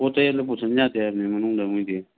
ꯄꯣꯠ ꯆꯩ ꯑꯝꯇ ꯄꯨꯁꯟ ꯌꯥꯗꯦ ꯍꯥꯏꯕꯅꯦ ꯃꯅꯨꯡꯗ ꯃꯣꯏꯗꯤ